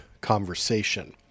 conversation